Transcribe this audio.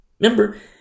Remember